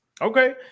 Okay